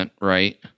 Right